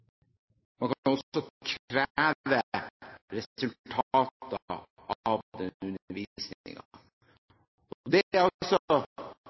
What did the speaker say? man kan også kreve resultater av den undervisningen. Det er